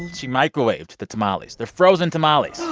and she microwaved the tamales. they're frozen tamales.